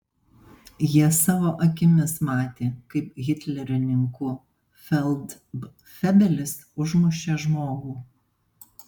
jie savo akimis matė kaip hitlerininkų feldfebelis užmušė žmogų